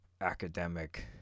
academic